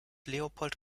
leopold